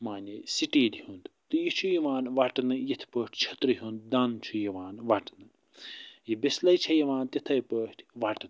معنی سِٹیٖلہِ ہُنٛد تہٕ یہِ چھُ یِوان وٹنہٕ یِتھ پٲتھۍ چھٔترِ ہُنٛد دنٛ چھُ یِوان وٹنہٕ یہِ بسلاے چھِ یوان تِتھٔے پٲٹھۍ وٹنہٕ